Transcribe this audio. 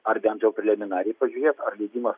ar bent jau preliminariai pažiūrėt ar leidimas